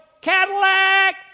Cadillac